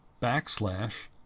backslash